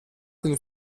den